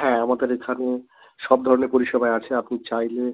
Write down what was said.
হ্যাঁ আমাদের এখানে সব ধরনের পরিষেবাই আছে আপনি চাইলে